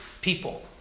people